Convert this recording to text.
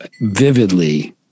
vividly